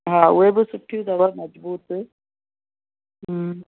हा उहे बि सुठियूं अथव मजबूत हूं